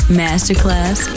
masterclass